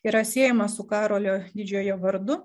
yra siejamas su karolio didžiojo vardu